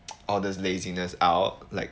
all these laziness out like